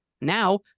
Now